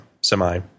semi